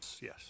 Yes